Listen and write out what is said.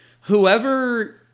whoever